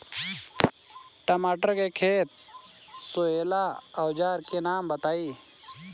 टमाटर के खेत सोहेला औजर के नाम बताई?